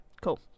cool